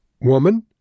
Woman